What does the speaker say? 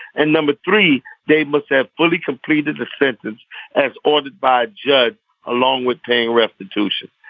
and number three they must have fully completed the sentence as ordered by a judge along with paying restitution.